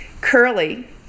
curly